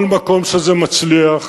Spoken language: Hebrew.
כל מקום שזה מצליח,